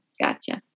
Gotcha